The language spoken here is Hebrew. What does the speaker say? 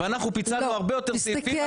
פיצלנו הרבה יותר סעיפים,